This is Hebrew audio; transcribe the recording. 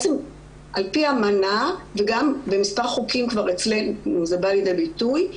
שעל פי אמנה וגם במספר חוקים אצלנו ז בא לידי ביטוי,